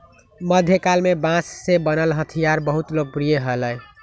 मध्यकाल में बांस से बनल हथियार बहुत लोकप्रिय हलय